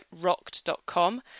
rocked.com